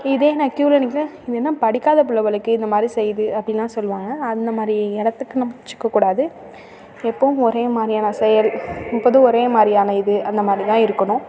இதே நான் கியூவில் நிக்கலை இது என்ன படிக்காத பிள்ள போலிருக்கு இந்த மாதிரி செய்யுது அப்டின்னுலாம் சொல்வாங்க அந்த மாதிரி இடத்துக்கு நம்ம வெச்சுக்கக்கூடாது எப்பவும் ஒரேமாதிரியான செயல் எப்போதும் ஒரேமாதிரியான இது அந்த மாதிரி தான் இருக்கணும்